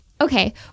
Okay